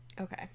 Okay